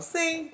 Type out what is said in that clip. See